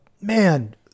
man